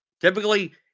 Typically